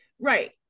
right